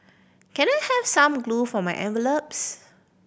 can I have some glue for my envelopes